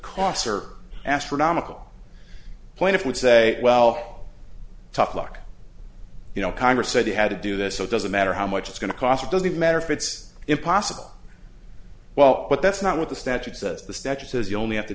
costs are astronomical the plaintiff would say well tough luck you know congress said they had to do this so it doesn't matter how much it's going to cost doesn't matter if it's impossible well but that's not what the statute says the statute says you only have to